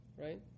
right